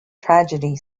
tragedy